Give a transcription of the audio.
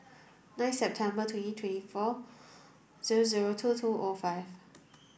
ninth September twenty twenty four zero zero two two O five